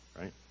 right